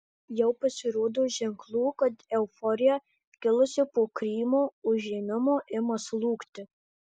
jau pasirodo ženklų kad euforija kilusi po krymo užėmimo ima slūgti